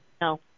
No